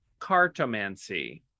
cartomancy